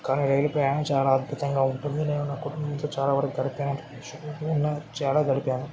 కానీ రైలు ప్రయాణం చాలా అద్భుతంగా ఉంటుంది నేను నా కుటుంబంతో చాలావరకూ గడిపాను చాలా గడిపాను